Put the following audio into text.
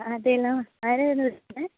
അതേല്ലോ ആരാണ് വിളിക്കുന്നത്